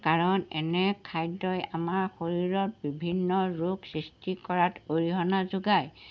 কাৰণ এনে খাদ্যই আমাৰ শৰীৰত বিভিন্ন ৰোগ সৃষ্টি কৰাত অৰিহণা যোগায়